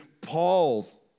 Paul's